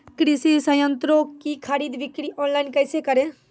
कृषि संयंत्रों की खरीद बिक्री ऑनलाइन कैसे करे?